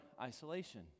isolation